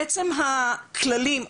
עצם הכוללים,